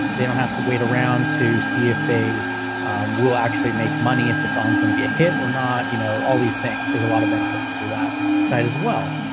they don't have to wait around to see if they will actually make money. if the song is going to be a hit or not, you know, all these things, there's a lot of benefits to that side as well.